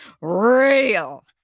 Real